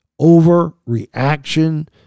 overreaction